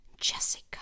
Jessica